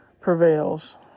prevails